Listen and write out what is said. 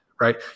right